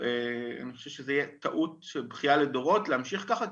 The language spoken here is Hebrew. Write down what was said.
ואני חושב שזה יהיה טעות של בכייה לדורות להמשיך ככה,